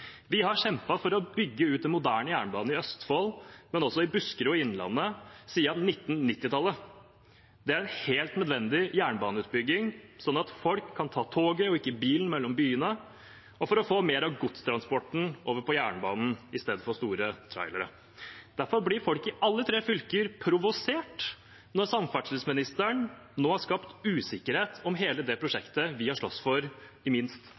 Vi har siden 1990-tallet kjempet for å bygge ut en moderne jernbane i Østfold, men også i Buskerud og i de fylkene som nå heter Innlandet. Det er en helt nødvendig jernbaneutbygging, slik at folk kan ta toget og ikke bilen mellom byene, og slik at vi får mer av godstransporten over på jernbane istedenfor på store trailere. Derfor blir folk i de berørte fylkene provosert når samferdselsministeren nå har skapt usikkerhet om hele det prosjektet vi har slåss for i minst